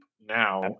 now